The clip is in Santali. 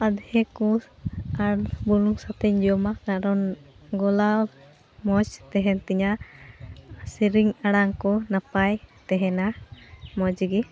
ᱟᱫᱷᱮ ᱠᱚ ᱟᱨ ᱵᱩᱞᱩᱝ ᱥᱚᱛᱮᱡ ᱤᱧ ᱡᱚᱢᱟ ᱠᱟᱨᱚᱱ ᱜᱚᱞᱟ ᱢᱚᱡᱽ ᱛᱮᱦᱮᱱᱛᱤᱧᱟᱹ ᱥᱮᱨᱮᱧ ᱟᱲᱟᱝ ᱠᱚ ᱱᱟᱯᱟᱭ ᱛᱮᱦᱮᱱᱛᱤᱧᱟᱹ ᱢᱚᱡᱽᱜᱮ